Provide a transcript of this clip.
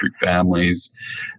families